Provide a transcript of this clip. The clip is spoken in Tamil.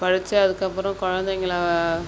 படித்து அதுக்கப்புறம் குழந்தைங்கள